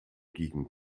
gegen